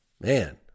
Man